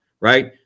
right